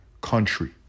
country